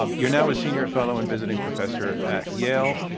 um you're now a senior fellow and visiting professor at yale.